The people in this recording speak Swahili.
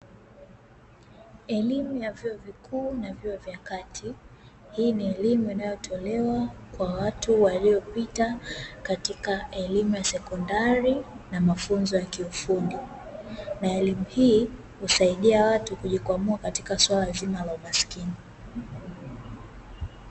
Elimu ya vyuo vikuu na vyuo vya kati, hii ni elimu inayotolewa kwa watu waliopita katika elimu ya sekondari na mafunzo yakiufundi na elimu hii husaidia watu kujikwamua katika swala zima la umasikini.